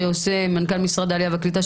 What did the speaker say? מנכ"ל משרד העלייה והקליטה,